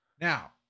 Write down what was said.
Now